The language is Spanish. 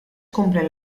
cumplen